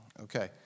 Okay